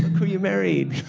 who you married?